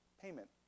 payment